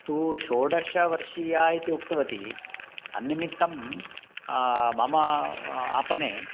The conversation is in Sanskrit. तु षोडशवर्षीया इति उक्तवती तन्निमित्तं मम आपणे